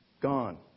Gone